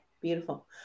beautiful